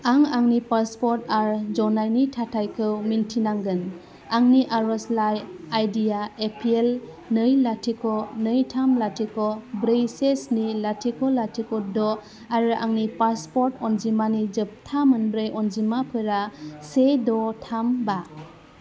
आं आंनि पासपर्ट आर जनायनि थाखायखौ मिन्थिनांगोन आंनि आर'जलाइ आइडि या एपिएल नै लाथिख' नै थाम लाथिख' ब्रै से स्नि लाथिख' लाथिख' द' आरो आंनि पासपर्ट अनजिमानि जोबथा मोनब्रै अनजिमाफोरा से द' थाम बा